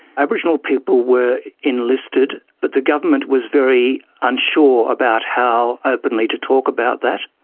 aboriginal people were enlisted but the government was very unsure about how openly to talk about that,